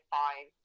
fine